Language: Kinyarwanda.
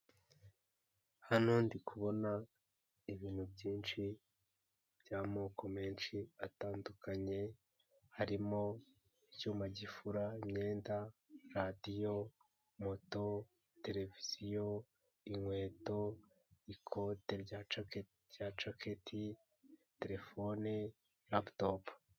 Hano ndi kubona ibintu byinshi by'amoko menshi atandukanye harimo icyuma gifura imyenda, radiyo, moto, tereviziyo, inkweto, ikote rya jaketi, terefone, laputopu.